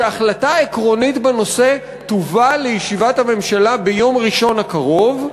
שהחלטה עקרונית בנושא תובא לישיבת הממשלה ביום ראשון הקרוב.